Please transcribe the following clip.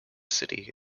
city